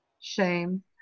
shame